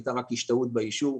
הייתה רק השתהות באישור.